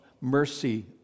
mercy